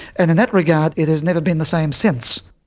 and in that regard it has never been the same since.